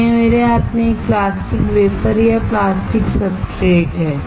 तो यह मेरे हाथ में एक प्लास्टिक वेफर या प्लास्टिक सब्सट्रेट है